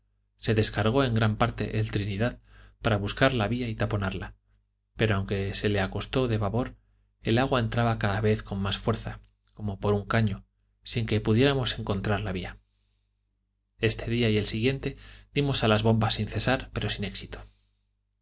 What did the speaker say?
se descargó en gran parte el trinidad para buscar la vía y taponarla pero aunque se le acostó de babor el agua entraba cada vez con más fuerza como por un caño sin que pudiéramos encontrar la vía este día y el siguiente dimos a las bombas sin cesar pero sin éxito